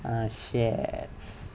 ah shits